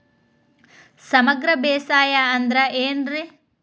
ಸಮಗ್ರ ಬೇಸಾಯ ಅಂದ್ರ ಏನ್ ರೇ?